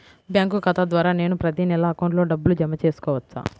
Bank ఖాతా ద్వారా నేను ప్రతి నెల అకౌంట్లో డబ్బులు జమ చేసుకోవచ్చా?